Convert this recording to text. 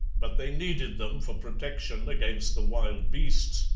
but they needed them for protection against the wild beasts,